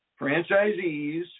franchisees